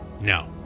No